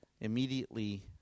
immediately